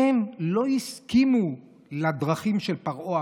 הן לא הסכימו לדרכים של פרעה,